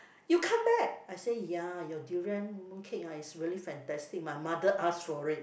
you come back I say ya your durian mooncake ah is really fantastic my mother asked for it